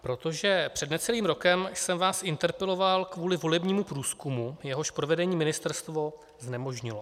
Protože před necelým rokem jsem vás interpeloval kvůli volebnímu průzkumu, jehož provedení ministerstvo znemožnilo.